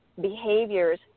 behaviors